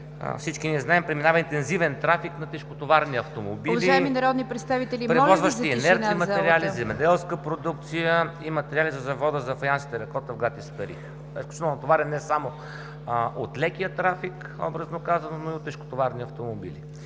всички ние знаем, преминава интензивен трафик на тежкотоварни автомобили, превозващи инертни материали, земеделска продукция и материали за завода за фаянс и теракота в град Исперих. Изключително натоварен е не само от лекия трафик, образно казано, но и от тежкотоварни автомобили.